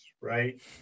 Right